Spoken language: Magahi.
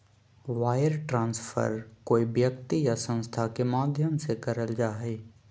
वायर ट्रांस्फर कोय व्यक्ति या संस्था के माध्यम से करल जा हय